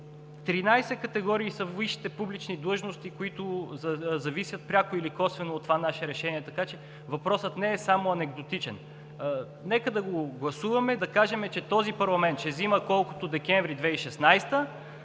13 категории са висшите публични длъжности, които зависят пряко или косвено от това наше решение, така че въпросът не е само анекдотичен. Нека да го гласуваме, да кажем, че този парламент ще взима колкото месец декември 2016 г.,